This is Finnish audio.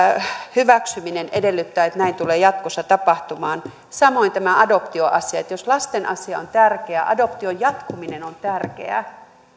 hyväksyminen edellyttää että näin tulee jatkossa tapahtumaan samoin tämä adoptioasia jos lasten asia on tärkeä adoption jatkuminen on tärkeää